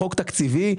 חוק תקציבי,